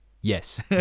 Yes